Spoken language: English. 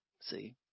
See